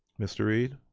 mr. reid?